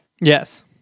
Yes